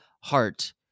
heart